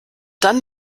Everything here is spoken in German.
dann